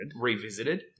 Revisited